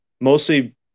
mostly